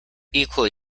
equally